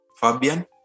Fabian